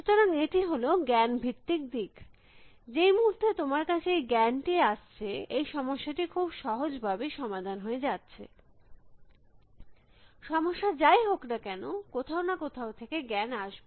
সুতরাং এটি হল জ্ঞান ভিত্তিক দিক যেই মুহুর্তে তোমার কাছে এই জ্ঞানটি আসছে এই সমস্যাটি খুব সহজ ভাবে সমাধান হয়ে যাচ্ছে সমস্যা যাই হোক না কেন কোথাও না কোথাও থেকে জ্ঞান আসবে